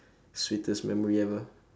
sweetest memory ever